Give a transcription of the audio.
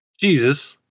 Jesus